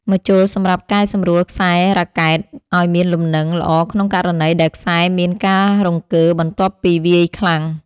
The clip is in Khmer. ម្ជុលសម្រាប់កែសម្រួលខ្សែរ៉ាកែតឱ្យមានលំនឹងល្អក្នុងករណីដែលខ្សែមានការរង្គើបន្ទាប់ពីវាយខ្លាំង។